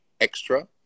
extra